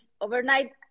overnight